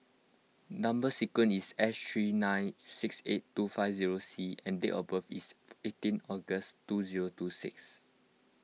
Number Sequence is S three nine six eight two five zero C and date of birth is eighteen August two zero two six